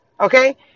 okay